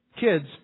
kids